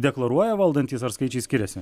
deklaruoja valdantys ar skaičiai skiriasi